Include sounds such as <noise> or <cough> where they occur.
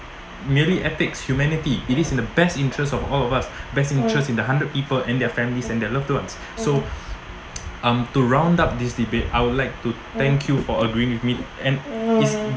nearly ethics humanity it is in the best interests of all of us best interest in the hundred people and their families and their loved ones so um <noise> to round up this debate I would like to thank you for agreeing with me and is